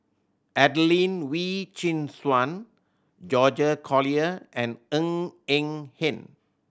Adelene Wee Chin Suan George Collyer and Ng Eng Hen